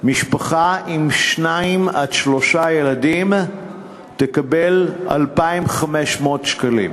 משפחה עם שניים עד שלושה ילדים תקבל 2,500 שקלים,